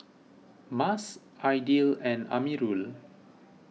Mas Aidil and Amirul